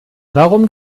warum